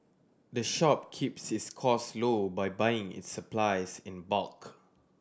the shop keeps its cost low by buying its supplies in bulk